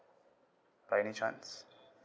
by any chance